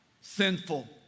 sinful